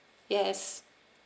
yes